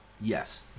Yes